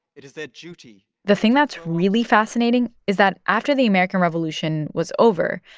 it is their duty. the thing that's really fascinating is that after the american revolution was over,